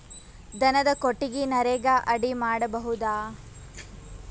ದನದ ಕೊಟ್ಟಿಗಿ ನರೆಗಾ ಅಡಿ ಮಾಡಬಹುದಾ?